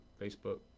Facebook